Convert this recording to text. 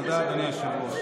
תודה, אדוני היושב-ראש.